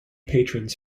patrons